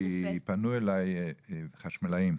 כי פנו אליי חשמלאים,